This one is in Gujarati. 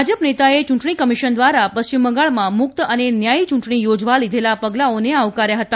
ભાજપા નેતાએ ચ્રૂંટણીકમિશન દ્વારા પશ્ચિમબંગાળમાં મુક્ત અને ન્યાયી ચૂંટણી યોજવા લીધેલા પગલાંઓને આવકાર્યા હતા